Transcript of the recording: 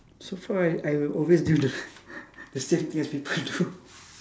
so far I I always do the the same thing as people do